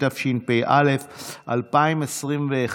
התשפ"א 2021,